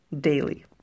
daily